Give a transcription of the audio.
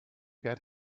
get